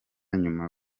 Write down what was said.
nyuma